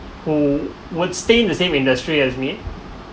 who would stay in the same industry as me